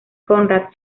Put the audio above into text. conrad